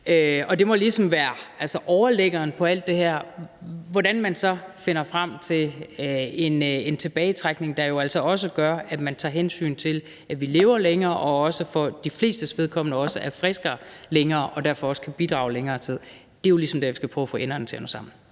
Og det må ligesom være overliggeren på alt det her. Hvordan man så finder frem til en tilbagetrækning, hvor man også tager hensyn til, at vi lever længere og for de flestes vedkommende også er friskere længere og derfor også kan bidrage længere tid, er jo ligesom der, vi skal prøve at få enderne til at nå sammen.